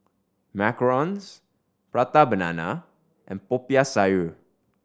macarons Prata Banana and Popiah Sayur